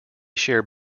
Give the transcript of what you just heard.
share